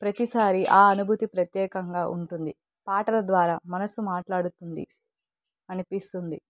ప్రతిసారి ఆ అనుభూతి ప్రత్యేకంగా ఉంటుంది పాటల ద్వారా మనసు మాట్లాడుతుంది అనిపిస్తుంది